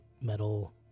metal